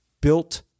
built